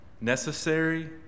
necessary